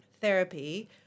therapy